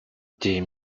des